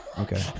Okay